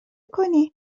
کنی